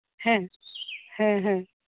ᱦᱮᱸ ᱦᱮᱸ ᱦᱮᱸ